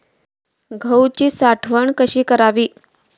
गहूची साठवण कशी करावी?